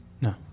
No